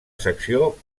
secció